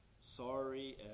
sorry